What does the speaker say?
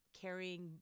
carrying